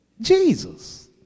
Jesus